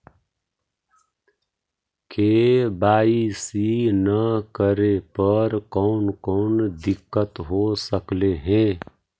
KYC न करे पर कौन कौन दिक्कत हो सकले हे?